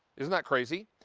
isn't that crazy?